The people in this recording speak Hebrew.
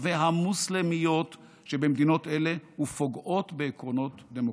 והמוסלמיות שבמדינה ופוגעות בעקרונות דמוקרטיים.